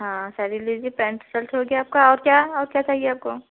हाँ साड़ी लीजिए pant shirt हो गया आपका और क्या और क्या चाहिए आपको